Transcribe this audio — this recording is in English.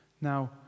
Now